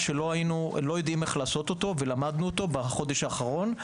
שאנחנו לא יודעים איך לעשות ולמדנו אותו בחודש האחרון,